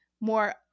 more